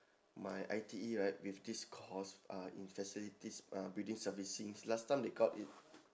my I_T_E right with this course uh in facilities uh building servicing last time they called it